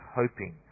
hoping